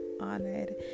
honored